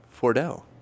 Fordell